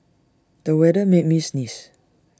the weather made me sneeze